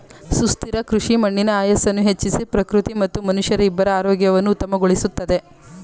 ಸುಸ್ಥಿರ ಕೃಷಿ ಮಣ್ಣಿನ ಆಯಸ್ಸನ್ನು ಹೆಚ್ಚಿಸಿ ಪ್ರಕೃತಿ ಮತ್ತು ಮನುಷ್ಯರ ಇಬ್ಬರ ಆರೋಗ್ಯವನ್ನು ಉತ್ತಮಗೊಳಿಸುತ್ತದೆ